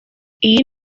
iyi